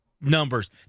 numbers